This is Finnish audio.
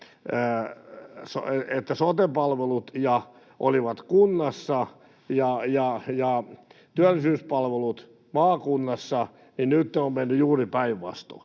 että sote-palvelut olivat kunnassa ja työllisyyspalvelut maakunnassa, niin nyt ne ovat menneet juuri päinvastoin.